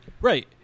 Right